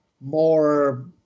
more